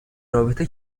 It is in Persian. رابطه